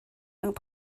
rhwng